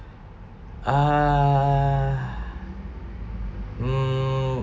uh mm